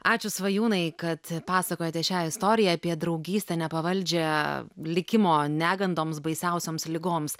ačiū svajūnai kad pasakojate šią istoriją apie draugystę nepavaldžią likimo negandoms baisiausioms ligoms